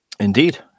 Indeed